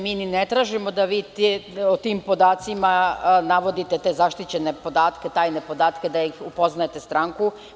Mi ni ne tražimo da vi u tim podacima navodite te zaštićene podatke, tajne podatke, da upoznate stranku.